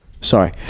Sorry